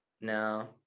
No